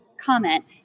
comment